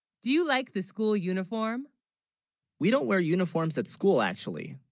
do you, like the school uniform we don't, wear uniforms at school actually